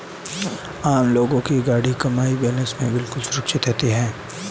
आम लोगों की गाढ़ी कमाई बैंक में बिल्कुल सुरक्षित है